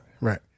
right